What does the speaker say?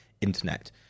internet